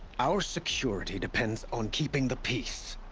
our security depends on keeping the peace.